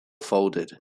folded